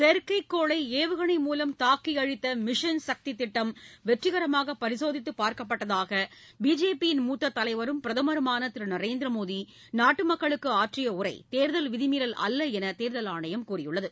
செயற்கைக்கோளை ஏவுகணை மூலம் தாக்கி அழித்த மிஷன் சக்தி திட்டம் வெற்றிகரமாக பரிசோதித்து பார்க்கப்பட்டதாக பிஜேபியின் மூத்த தலைவரும் பிரதமருமான திரு நரேந்திர மோடி நாட்டு மக்களுக்கு ஆற்றிய உரை தேர்தல் விதிமீறல் அல்ல என்று தேர்தல் ஆணையம் கூறியுள்ளது